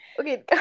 Okay